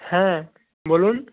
হ্যাঁ বলুন